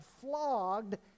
flogged